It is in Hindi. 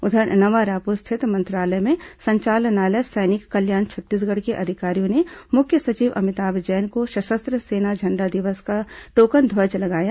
उधर नवा रायपुर स्थित मंत्रालय में संचालनालय सैनिक कल्याण छत्तीसगढ़ के अधिकारियों ने मुख्य सचिव अमिताभ जैन को सशस्त्र सेना झण्डा दिवस का टोकन ध्वज लगाया